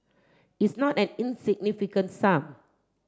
it's not an insignificant sum